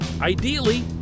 Ideally